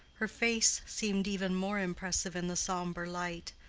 her face seemed even more impressive in the sombre light,